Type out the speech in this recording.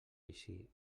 així